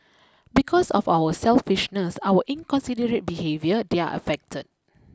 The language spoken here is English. because of our selfishness our inconsiderate behaviour they're affected